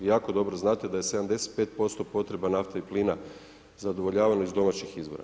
Vi jako dobro znate da je 75% potreba nafte i plina zadovoljavano iz domaćih izvora.